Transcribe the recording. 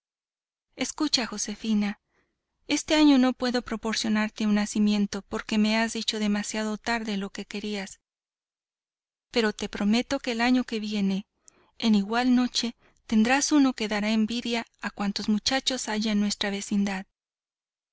escucha josefina este año no puedo proporcionarte un nacimiento porque me has dicho demasiado tarde que lo querías pero te prometo que el año que viene en igual noche tendrás uno que dará envidia a cuantos muchachos haya en nuestra vecindad